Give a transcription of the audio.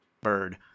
bird